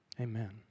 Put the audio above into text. amen